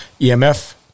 EMF